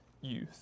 youth